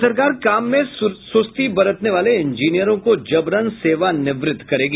राज्य सरकार काम में सुस्ती बरतने वाले इंजीनियरों को जबरन सेवा निवृत करेगी